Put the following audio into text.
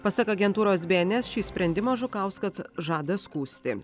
pasak agentūros bns šį sprendimą žukauskas žada skųsti